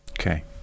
Okay